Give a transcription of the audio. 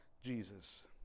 Jesus